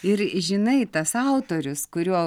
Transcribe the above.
ir žinai tas autorius kurio